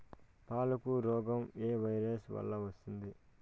పాలకు రోగం ఏ వైరస్ వల్ల వస్తుంది?